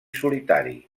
solitari